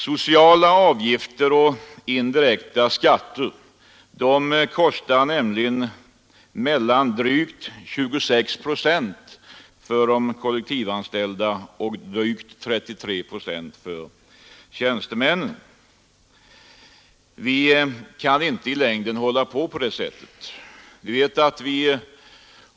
Sociala avgifter och indirekta skatter kostar nämligen drygt 26 procent för de kollektivanställda och drygt 33 procent för tjänstemännen. Vi kan inte i längden fortsätta på det viset.